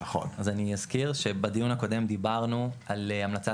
אז אני אזכיר שבדיון הקודם דיברנו על המלצת